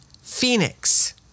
Phoenix